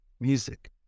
music